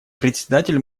председатель